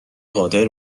قادر